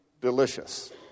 delicious